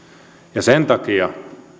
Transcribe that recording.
ja sen takia